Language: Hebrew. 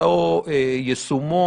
אותו יישומון,